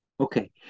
Okay